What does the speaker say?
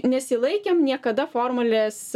nesilaikėm niekada formulės